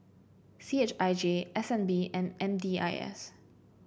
C H I J S N B and N D I S